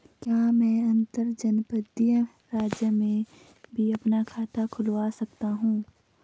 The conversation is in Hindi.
क्या मैं अंतर्जनपदीय राज्य में भी अपना खाता खुलवा सकता हूँ?